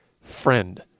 friend